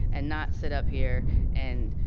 and not sit up here and